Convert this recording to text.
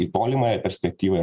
į tolimąją perspektyvą